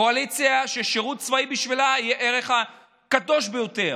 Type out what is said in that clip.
קואליציה ששירות צבאי בשבילה יהיה הערך הקדוש ביותר,